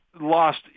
lost